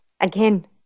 again